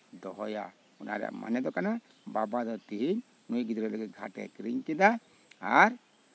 ᱫᱚᱦᱚᱭᱟ ᱚᱱᱟ ᱨᱮᱭᱟᱜ ᱢᱚᱱᱮ ᱫᱚ ᱠᱟᱱᱟ ᱱᱚᱣᱟ ᱫᱚ ᱛᱮᱦᱮᱧ ᱱᱩᱭ ᱜᱤᱫᱽᱨᱟᱹ ᱜᱷᱟᱴ ᱮ ᱠᱤᱨᱮᱧ ᱠᱮᱫᱟ ᱟᱨ